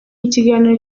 ikiganiro